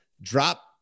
drop